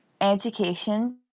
education